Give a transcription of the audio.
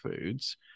foods